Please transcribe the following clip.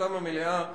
זכותם המלאה לשבות.